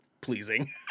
pleasing